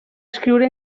escriure